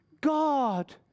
God